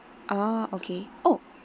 ah okay oh